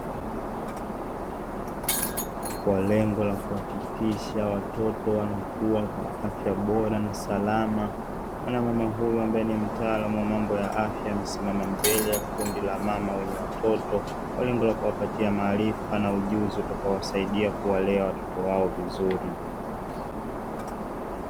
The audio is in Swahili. Kwa lengo la kuhakikisha watoto wanakua na afya bora na salama; mwanamama huyu ambaye ni mtaalamu wa mambo ya afya, amesimama mbele ya kundi la wamama yenye watoto; kwa lengo la kuwapatia elimu na ujuzi utakao wasaidia kuwalea watoto wao vizuri.